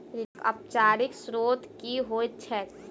ऋणक औपचारिक स्त्रोत की होइत छैक?